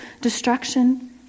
destruction